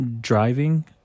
driving